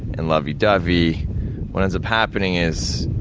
and lovey dovey what ends up happening is,